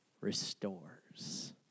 restores